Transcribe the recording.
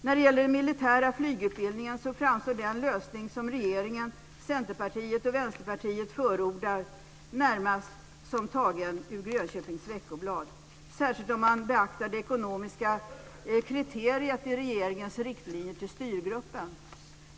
När det gäller den militära flygutbildningen framstår den lösning som regeringen, Centerpartiet och Vänsterpartiet förordar närmast som tagen ut Grönköpings Veckoblad, särskilt om man beaktar det ekonomiska kriteriet i regeringens riktlinjer till styrgruppen.